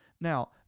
Now